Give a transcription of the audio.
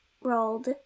rolled